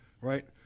right